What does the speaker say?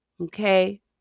okay